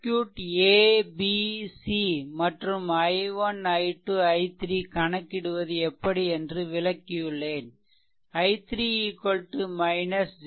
circuit abc மற்றும் i1 i2 i3 கணக்கிடுவது எப்படி என்று விளக்கியுள்ளேன் i3 0